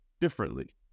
differently